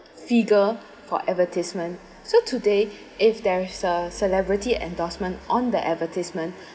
figure for advertisement so today if there is a celebrity endorsement on the advertisement